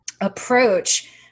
approach